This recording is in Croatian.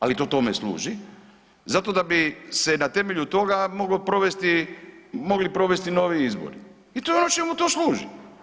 Ali to tome služi zato da bi se na temelju toga mogli provesti novi izbori i to je ono čemu to služi.